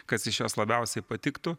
kas iš jos labiausiai patiktų